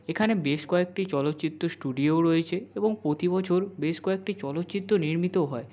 এখানে বেশ কয়েকটি চলচ্চিত্র স্টুডিও রয়েছে এবং প্রতি বছর বেশ কয়েকটি চলচ্চিত্র নির্মিত হয়